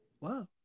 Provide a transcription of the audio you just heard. wow